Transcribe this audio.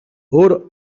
өөр